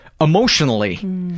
emotionally